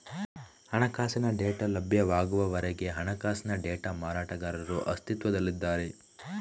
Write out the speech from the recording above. ಹಣಕಾಸಿನ ಡೇಟಾ ಲಭ್ಯವಾಗುವವರೆಗೆ ಹಣಕಾಸಿನ ಡೇಟಾ ಮಾರಾಟಗಾರರು ಅಸ್ತಿತ್ವದಲ್ಲಿದ್ದಾರೆ